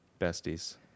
Besties